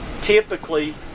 Typically